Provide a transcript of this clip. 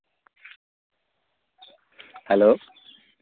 hello